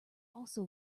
also